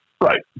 Right